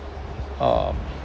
uh